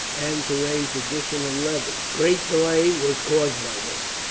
and to raise additional levies. great delay was caused by this.